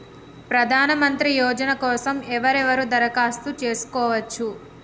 ప్రధానమంత్రి యోజన కోసం ఎవరెవరు దరఖాస్తు చేసుకోవచ్చు?